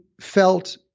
felt